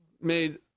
made